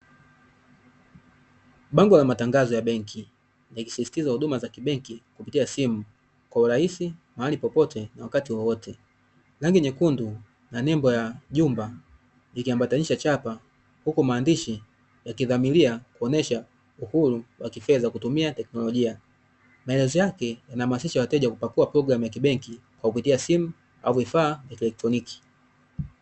Bango la matangazo ya benki likisisitiza huduma za kibenki kupitia simu kwa urahisi mahali popote na wakati wowote, rangi nyekundu na nembo ya jumba likiambatanisha chapa huku maandishi ya kidhamilia kuonyesha uhuru wa kifedha kutumia teknolojia, maelezo yake yanahamasisha wateja kupakua programu ya kibenki kwa kupitia simu au vifaa vya "kielektroniki".